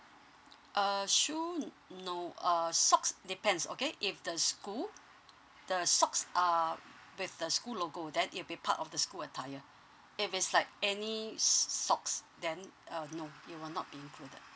uh shoe no uh socks depends okay if the school the socks are with the school logo then it'll be part of the school attire if it's like any s~ socks then uh no it will not be included